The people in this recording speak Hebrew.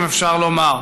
אם אפשר לומר,